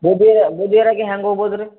ಬೂದಿ ಬೂದಿಗೆರೆಗೆ ಹೆಂಗ್ ಹೋಗ್ಬೋದು ರೀ